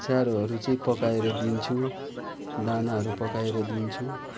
चारोहरू चाहिँ पकाएर दिन्छु दानाहरू पकाएर दिन्छु